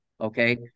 Okay